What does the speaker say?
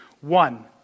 One